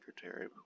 Secretary